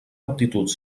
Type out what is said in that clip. aptituds